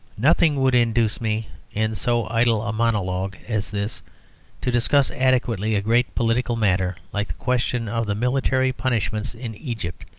nothing would induce me in so idle a monologue as this to discuss adequately a great political matter like the question of the military punishments in egypt.